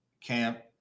camp